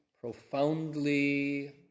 profoundly